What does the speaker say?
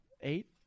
eight